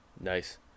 Nice